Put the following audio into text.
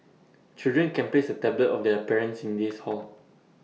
children can place A tablet of their parents in this hall